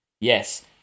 Yes